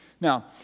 Now